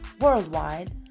worldwide